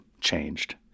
changed